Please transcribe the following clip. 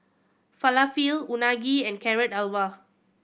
Falafel Unagi and Carrot Halwa